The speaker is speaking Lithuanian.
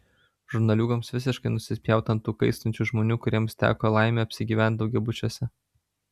žurnaliūgoms visiškai nusispjaut ant tų kaistančių žmonių kuriems teko laimė apsigyvent daugiabučiuose